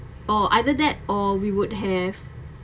or either that or we would have